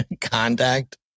contact